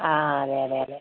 ആ അതെ അതെ അതെ